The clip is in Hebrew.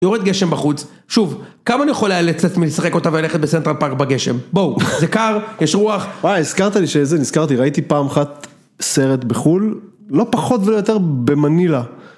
יורד גשם בחוץ, שוב, כמה אני יכול היה לצאת מלשחק אותה וללכת בסנטרל פארק בגשם? בואו, זה קר, יש רוח. וואי, הזכרת לי שזה נזכרתי, ראיתי פעם אחת סרט בחול, לא פחות ולא יותר, במנילה.